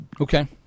Okay